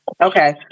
Okay